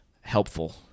helpful